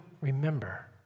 remember